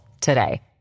today